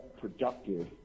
productive